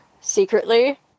Secretly